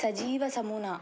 సజీవ సమూన